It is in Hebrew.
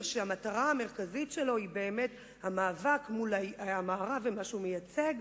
שהמטרה המרכזית שלו היא באמת מאבק מול המערב ומה שהוא מייצג,